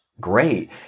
great